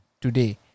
today